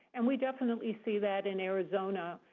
and we definitely see that in arizona.